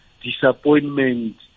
disappointment